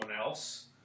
else